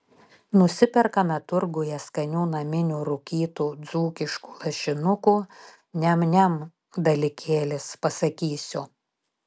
nusiperkame turguje skanių naminių rūkytų dzūkiškų lašinukų niam niam dalykėlis pasakysiu